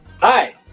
Hi